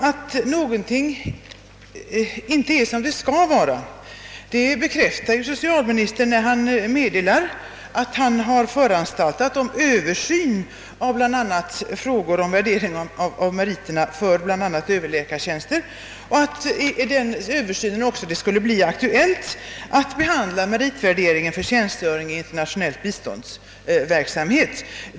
Att någonting inte är som det skall vara bekräftar ju socialministern när han meddelar, att han har föranstaltat om översyn av frågor om värdering av meriterna för bl.a. överläkartjänster och att det i den översynen också skulle bli aktuellt att behandla meritvärdering för tjänstgöring vid internationell biståndsverksamhet.